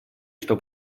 что